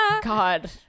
god